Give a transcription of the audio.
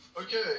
Okay